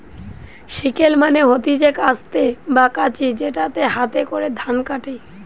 sickle মানে হতিছে কাস্তে বা কাঁচি যেটাতে হাতে করে ধান কাটে